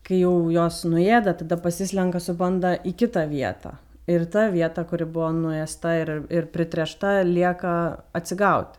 kai jau jos nuėda tada pasislenka su banda į kitą vietą ir ta vieta kuri buvo nuėsta ir ir pritręšta lieka atsigauti